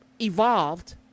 evolved